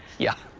yeah.